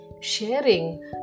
sharing